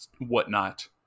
whatnot